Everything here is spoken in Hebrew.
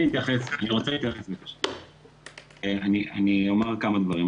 אני אומר כמה דברים.